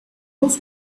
was